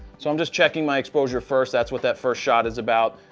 so, i'm just checking my exposure first. that's what that first shot is about.